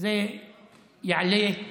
זה יעלה,